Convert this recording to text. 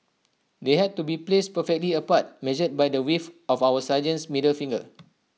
they had to be placed perfectly apart measured by the width of our sergeants middle finger